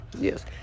Yes